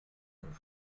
und